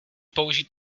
použít